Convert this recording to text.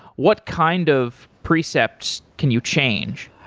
what kind of precepts can you change?